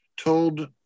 told